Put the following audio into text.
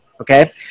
Okay